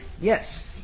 Yes